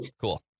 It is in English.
Cool